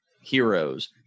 heroes